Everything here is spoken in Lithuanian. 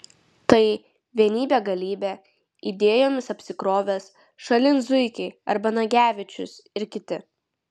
tai vienybė galybė idėjomis apsikrovęs šalin zuikiai arba nagevičius ir kiti